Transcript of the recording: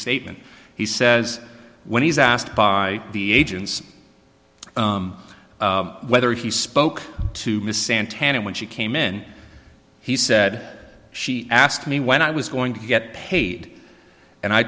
statement he says when he's asked by the agents whether he spoke to miss santana when she came in he said she asked me when i was going to get paid and i